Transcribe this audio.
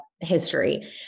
history